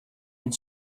and